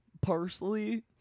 parsley